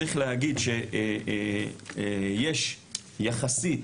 צריך להגיד, שיש יחסית,